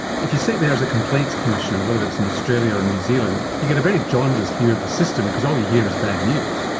if you sit there as a complaints commissioner whether it's in australia or new zealand you get a very jaundiced view of the system because all you hear is bad news.